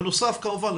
בנוסף כמובן,